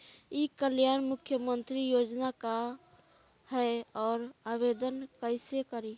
ई कल्याण मुख्यमंत्री योजना का है और आवेदन कईसे करी?